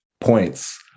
points